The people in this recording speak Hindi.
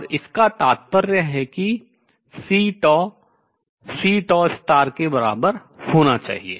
और इसका तात्पर्य है कि C C के बराबर होना चाहिए